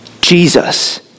Jesus